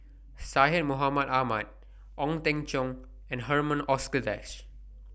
Syed Mohamed Ahmed Ong Teng Cheong and Herman Hochstadt